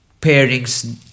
pairings